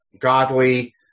godly